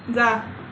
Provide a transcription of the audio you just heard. जा